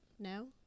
no